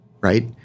right